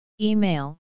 Email